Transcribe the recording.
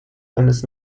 eines